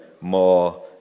more